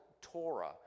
Torah